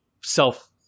self